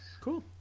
Cool